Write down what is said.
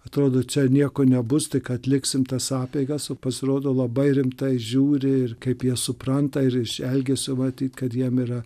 atrodo čia nieko nebus tik atliksim tas apeigas o pasirodo labai rimtai žiūri ir kaip jie supranta ir iš elgesio matyti kad jiems yra